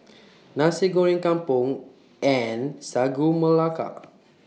Nasi Goreng Kampung and Sagu Melaka